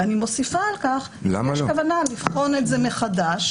ואני מוסיפה על כך שיש כוונה לבחון את זה מחדש.